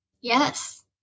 Yes